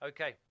Okay